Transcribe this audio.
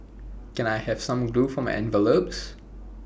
can I have some glue for my envelopes